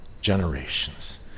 generations